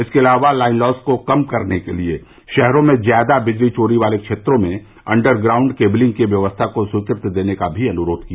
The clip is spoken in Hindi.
इसके अलावा लाइन लॉस को कम करने के लिए षहरों में ज्यादा बिजली चोरी वाले क्षेत्रों में अंडर ग्राउंड केबलिंग की व्यवस्था को स्वीकृति देने का भी अनुरोध किया